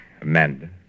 Amanda